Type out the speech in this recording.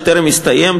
שטרם הסתיים,